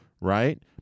right